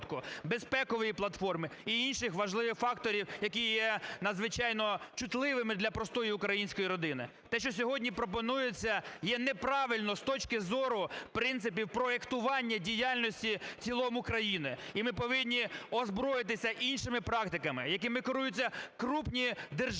безпекової платформи і інших важливих факторів, які є надзвичайно чутливими для простої української родини. Те, що сьогодні пропонується є неправильно з точки зору принципів проектування діяльності в цілому країни і ми повинні озброїтися іншими практиками, якими керуються крупні держави,